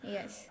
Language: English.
Yes